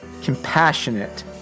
compassionate